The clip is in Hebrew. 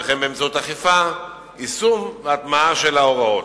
וכן באמצעות אכיפה, יישום והטמעה של ההוראות.